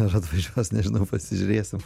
ar atvažiuos nežinau pasižiūrėsim